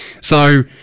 so-